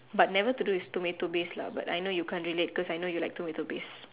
but never to do with tomato based lah but I know you can't relate cause I know you like tomato based